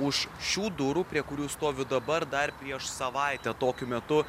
už šių durų prie kurių stoviu dabar dar prieš savaitę tokiu metu